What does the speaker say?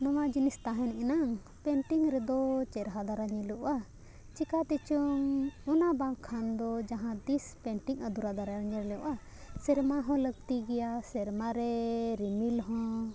ᱱᱚᱣᱟ ᱡᱤᱱᱤᱥ ᱛᱟᱦᱮᱱ ᱮᱱᱟᱝ ᱯᱮᱱᱴᱤᱝ ᱨᱮᱫᱚ ᱪᱮᱨᱦᱟ ᱫᱟᱨᱟ ᱧᱮᱞᱚᱜᱼᱟ ᱪᱮᱠᱟᱛᱮᱪᱚᱝ ᱚᱱᱟ ᱵᱟᱝᱠᱷᱟᱱ ᱫᱚ ᱡᱟᱦᱟᱸ ᱛᱤᱥ ᱯᱮᱱᱴᱤᱝ ᱟᱫᱩᱨᱟ ᱫᱟᱨᱟᱭ ᱧᱮᱞᱚᱜᱼᱟ ᱥᱮᱨᱢᱟ ᱦᱚᱸ ᱞᱟᱹᱠᱛᱤ ᱜᱮᱭᱟ ᱥᱮᱨᱢᱟ ᱨᱮ ᱨᱤᱢᱤᱞ ᱦᱚᱸ